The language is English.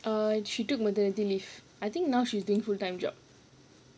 err she took maternity leave I think now she's doing full time job